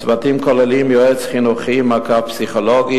הצוותים כוללים יועץ חינוכי או פסיכולוג,